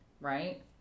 right